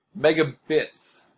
Megabits